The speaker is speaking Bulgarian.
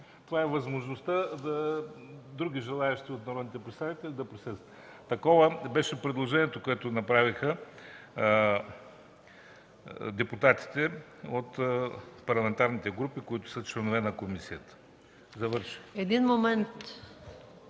Това е възможността други желаещи от народните представители да присъстват. Такова беше предложението, което направиха депутатите от парламентарните групи, които са членове на комисията. ПРЕДСЕДАТЕЛ МАЯ